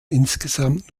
insgesamt